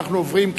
אנחנו עוברים,